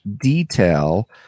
detail